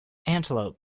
antelope